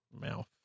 Mouth